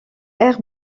air